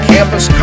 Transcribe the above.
Campus